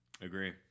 agree